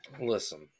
Listen